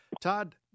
Todd